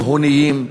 ותימהוניים,